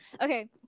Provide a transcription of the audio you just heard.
okay